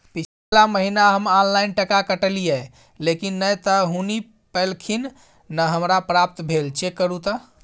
पिछला महीना हम ऑनलाइन टका कटैलिये लेकिन नय त हुनी पैलखिन न हमरा प्राप्त भेल, चेक करू त?